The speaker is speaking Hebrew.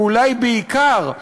ואולי בעיקר,